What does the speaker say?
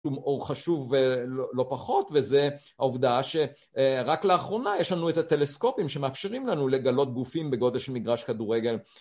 אור חשוב ולא פחות, וזה העובדה שרק לאחרונה יש לנו את הטלסקופים שמאפשרים לנו לגלות גופים בגודל של מגרש כדורגל